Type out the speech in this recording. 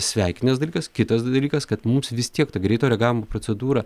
sveikinęs dalykas kitas dalykas kad mums vis tiek ta greito reagavimo procedūra